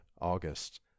August